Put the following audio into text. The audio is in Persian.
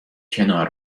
کنار